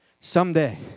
someday